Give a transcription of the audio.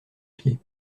pied